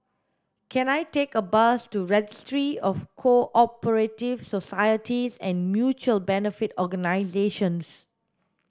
can I take a bus to Registry of Co operative Societies and Mutual Benefit Organisations